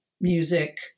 Music